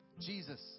Jesus